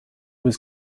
was